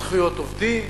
זכויות עובדים.